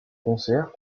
concerts